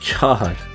God